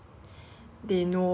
even though they are not chinese